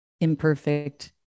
imperfect